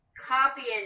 copying